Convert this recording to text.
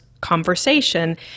conversation